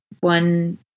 one